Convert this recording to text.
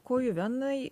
kojų venai